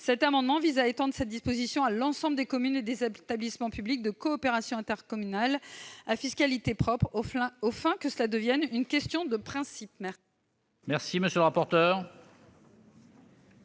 Cet amendement vise à étendre cette disposition à l'ensemble des communes et des établissements publics de coopération intercommunale à fiscalité propre afin que cela devienne une question de principe. Quel est l'avis de